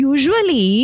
Usually